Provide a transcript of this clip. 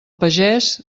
pagès